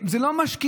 זה לא משקיעים.